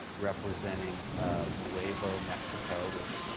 representing nuevo mexico, which,